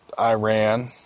Iran